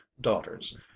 daughters